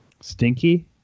Stinky